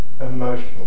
emotional